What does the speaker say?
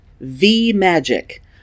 V-Magic